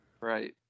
right